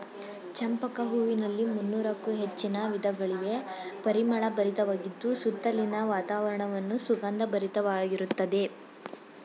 ಚಂಪಕ ಹೂವಿನಲ್ಲಿ ಮುನ್ನೋರಕ್ಕು ಹೆಚ್ಚಿನ ವಿಧಗಳಿವೆ, ಪರಿಮಳ ಭರಿತವಾಗಿದ್ದು ಸುತ್ತಲಿನ ವಾತಾವರಣವನ್ನು ಸುಗಂಧ ಭರಿತವಾಗಿರುತ್ತದೆ